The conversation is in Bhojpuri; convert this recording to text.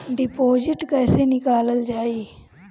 डिपोजिट कैसे निकालल जाइ?